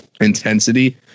intensity